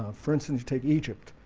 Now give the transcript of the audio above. ah for instance, you take egypt